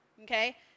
Okay